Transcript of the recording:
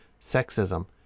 sexism